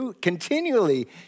continually